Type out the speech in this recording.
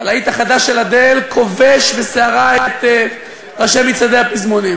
הלהיט החדש של אדל כובש בסערה את ראשי מצעדי הפזמונים.